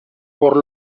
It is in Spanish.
por